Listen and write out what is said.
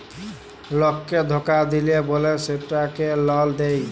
লককে ধকা দিল্যে বল্যে সেটকে লল দেঁয়